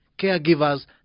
Caregivers